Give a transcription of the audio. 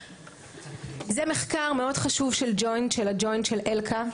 זה מחקר מאוד חשוב של הג'וינט, של אלכא.